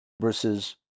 versus